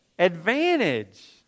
Advantage